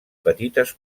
petites